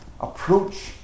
approach